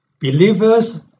Believers